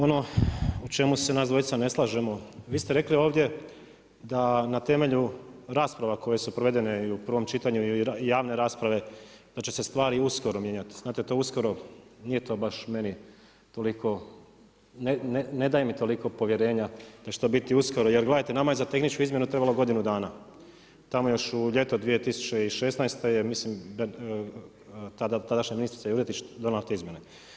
Ono u čemu se nas dvojica ne slažemo, vi ste rekli ovdje da na temelju rasprava koje su provedene i u prvom čitanju i javne rasprave da će se stvari uskoro mijenjati, znate to uskoro nije to baš meni toliko, ne daje mi toliko povjerenja da će to biti uskoro, jer gledajte nama je za tehničku izmjenu trebalo godinu dana, tamo još tamo još u ljeto 2016. mislim tadašnja ministrica Juretić donijela te izmjene.